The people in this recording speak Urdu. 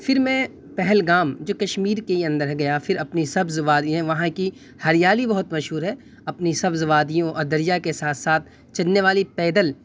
پھر میں پہلگام جو کشمیر کے اندر ہے گیا پھر اپنی سبز وادیاں وہاں کی ہریالی بہت مشہور ہے اپنی سبز وادیوں اور دریا کے ساتھ ساتھ چلنے والی پیدل